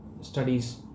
studies